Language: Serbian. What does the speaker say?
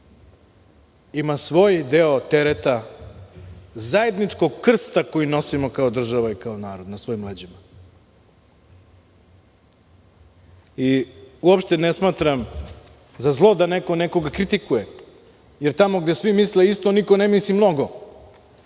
ima svoj deo tereta, zajedničkog krsta koji nosimo kao država i kao narod na svojim leđima. Uopšte ne smatram za zlo da neko nekoga kritikuje, jer tamo gde svi misle isto, niko ne misli mnogo.